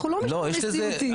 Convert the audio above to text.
אנחנו לא משטר נשיאותי,